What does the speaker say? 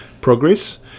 progress